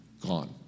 gone